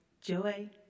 joy